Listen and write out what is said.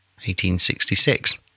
1866